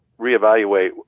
reevaluate